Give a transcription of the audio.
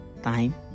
time